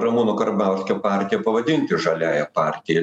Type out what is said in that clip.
ramūno karbauskio partiją pavadinti žaliąja partija